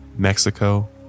Mexico